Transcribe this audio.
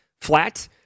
flat